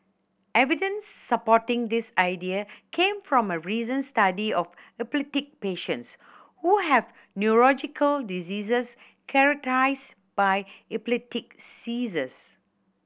evidence supporting this idea came from a recent study of epileptic patients who have diseases by epileptic seizures